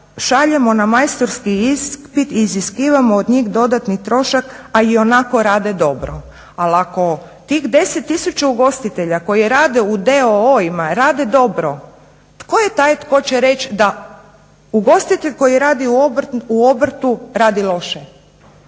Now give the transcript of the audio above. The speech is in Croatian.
šaljemo na majstorski ispit i iziskivamo od njih dodatni trošak, a i onako rade dobro. Ali ako tih 10 tisuća ugostitelja koji rade u d.o.o.-ima rade dobro tko je taj tko će reći da ugostitelj koji radi u obrtu radi loše?